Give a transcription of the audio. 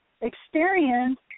experience